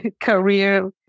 career